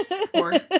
sport